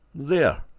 there!